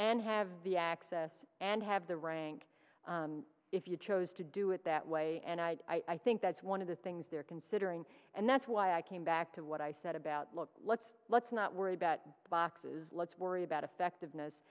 and have the access and have the rank if you chose to do it that way and i think that's one of the things they're considering and that's why i came back to what i said about look let's let's not worry about boxes let's worry about effectiveness